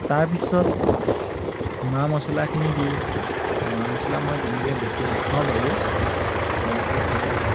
তাৰ পিছত মা মছলাখিনি দি মা মচলা মই তেনেকৈ বেছি নেখাওঁ বাৰু কমকৈ খাওঁ